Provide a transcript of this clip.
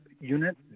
unit